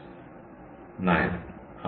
9 ആണ്